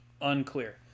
Unclear